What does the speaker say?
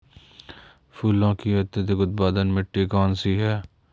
फूलों की अत्यधिक उत्पादन मिट्टी कौन सी है?